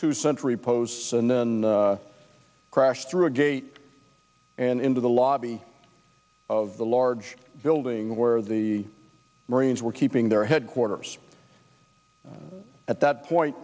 two sentry posts and then crashed through a gate and into the lobby of the large building where the marines were keeping their headquarters at that point